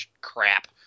crap